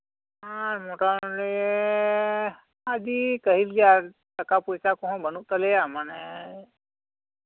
ᱟᱨ ᱢᱳᱴᱟᱢᱩᱴᱤ ᱟᱹᱰᱤ ᱠᱟᱹᱦᱤᱞᱜᱮ ᱴᱟᱠᱟ ᱯᱚᱭᱥᱟ ᱠᱚᱦᱚᱸ ᱵᱟᱹᱱᱩᱜ ᱛᱟᱞᱮᱭᱟ ᱢᱟᱱᱮ